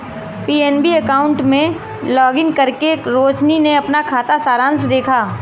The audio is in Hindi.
पी.एन.बी अकाउंट में लॉगिन करके रोशनी ने अपना खाता सारांश देखा